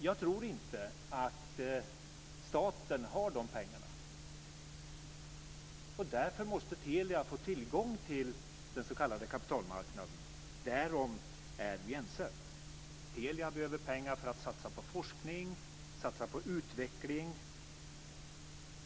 Jag tror inte att staten har de pengarna. Därför måste Telia få tillgång till den s.k. kapitalmarknaden. Därom är vi ense. Telia behöver pengar för att satsa på forskning och utveckling.